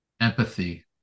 empathy